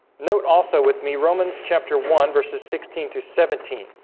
note also with me romans chapter one verses sixteen to seventeen